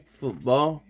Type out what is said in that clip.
football